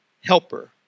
helper